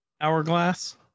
hourglass